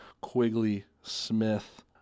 Quigley-Smith